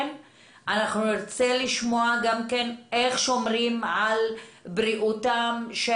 נרצה לשמוע גם איך שומרים על בריאותם של